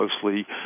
closely